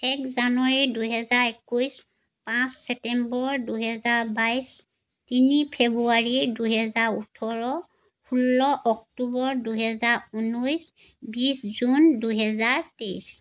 এক জানুৱাৰী দুহেজাৰ একৈছ পাঁচ ছেপ্টেম্বৰ দুহেজাৰ বাইছ তিনি ফেব্ৰুৱাৰী দুহেজাৰ ওঠৰ ষোল্ল অক্টোবৰ দুহেজাৰ ঊনৈছ বিছ জুন দুহেজাৰ তেইছ